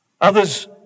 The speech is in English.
Others